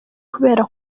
kubera